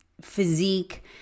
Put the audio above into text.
physique